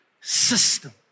system